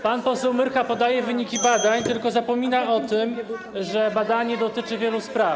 Pan poseł Myrcha podaje wyniki badań, [[Gwar na sali, oklaski]] tylko zapomina o tym, że badanie dotyczy wielu spraw.